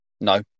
no